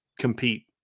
Compete